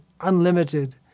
unlimited